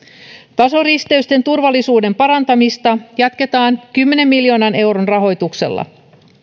tasoristeysten turvallisuuden parantamista jatketaan kymmenen miljoonan euron rahoituksella